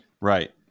Right